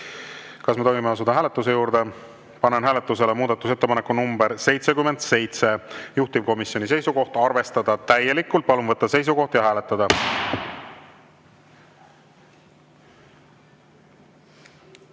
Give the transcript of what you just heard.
kas me võime asuda hääletuse juurde? Panen hääletusele muudatusettepaneku nr 79, juhtivkomisjoni seisukoht on jätta arvestamata. Palun võtta seisukoht ja hääletada!